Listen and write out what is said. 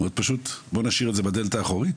מאוד פשוט, בוא נשאיר את זה בדלת האחורית.